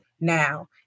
Now